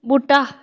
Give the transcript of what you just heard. बूह्टा